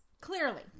Clearly